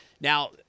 Now